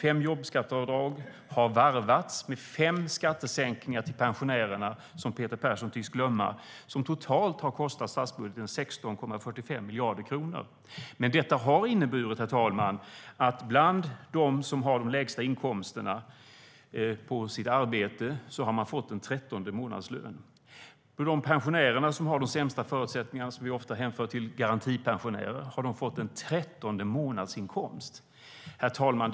Fem jobbskatteavdrag har varvats med fem skattesänkningar för pensionärer, vilket Peter Persson tycks glömma. De har totalt kostat statsbudgeten 16,45 miljarder kronor. Detta har inneburit att de som har de lägsta inkomsterna på sitt arbete har fått en trettonde månadslön. De pensionärer som har de sämsta förutsättningarna - garantipensionärerna, som vi ofta talar om - har fått en trettonde månadsinkomst. Herr talman!